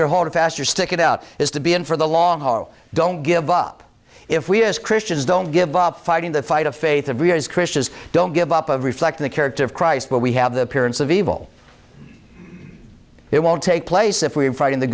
holding faster stick it out is to be in for the long haul don't give up if we as christians don't give up fighting the fight of faith of readers christians don't give up of reflecting the character of christ but we have the appearance of evil it won't take place if we are fighting the